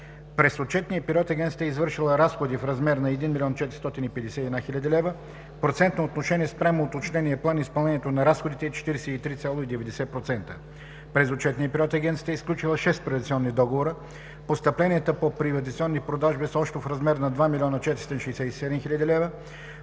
През отчетния период Агенцията е извършила разходи в размер на 1 451 хил. лв. В процентно отношение спрямо уточнения план изпълнението на разходите е 43,92%. През отчетния период Агенцията е сключила 6 приватизационни договора. Постъпленията по приватизационни продажби са общо в размер на 2 467 хил. лв.